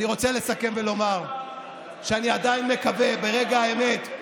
אני רוצה לסכם ולומר שאני עדיין מקווה שברגע האמת,